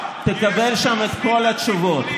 תקבל שם את כול התשובות.